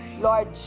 Lord